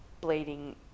bleeding